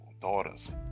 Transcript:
daughters